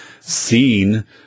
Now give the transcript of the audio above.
seen